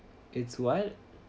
it's what